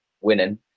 winning